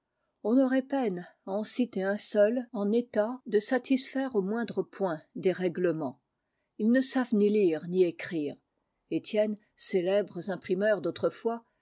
on aurait peine à en citer un seul en état de satisfaire au moindre point des règlements ils ne savent ni lire ni écrire étienne célèbres imprimeurs d'autrefois